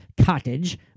cottage